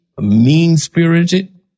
mean-spirited